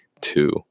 two